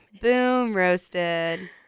boom-roasted